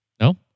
No